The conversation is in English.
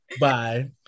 Bye